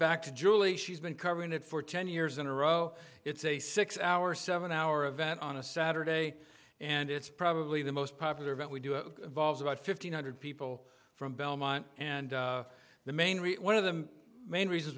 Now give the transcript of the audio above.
back to julie she's been covering it for ten years in a row it's a six hour seven hour event on a saturday and it's probably the most popular event we do a vols about fifteen hundred people from belmont and the main route one of the main reasons